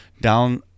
down